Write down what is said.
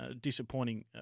Disappointing